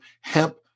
hemp